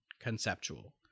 conceptual